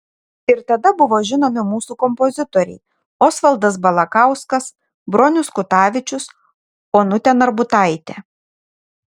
ir tada buvo žinomi mūsų kompozitoriai osvaldas balakauskas bronius kutavičius onutė narbutaitė